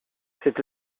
cette